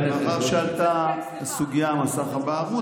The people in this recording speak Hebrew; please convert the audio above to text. מאחר שעלתה הסוגיה של מסך הבערות,